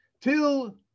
till